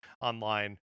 online